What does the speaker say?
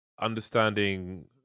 understanding